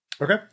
okay